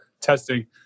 testing